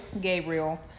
Gabriel